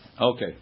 Okay